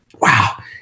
wow